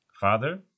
Father